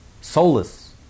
Soulless